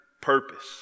purpose